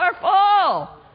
powerful